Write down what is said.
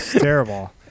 terrible